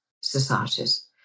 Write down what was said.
societies